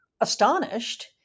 astonished